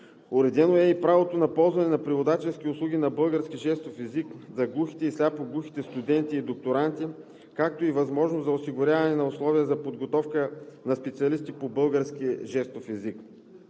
Уредено е и право на ползване на преводачески услуги на български жестов език за глухите и сляпо-глухите студенти и докторанти, както и възможност за осигуряване на условия за подготовка на специалисти по български жестов език.